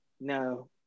no